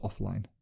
offline